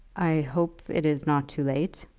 i hope it is not too late,